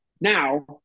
Now